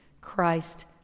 Christ